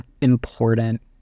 important